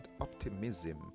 optimism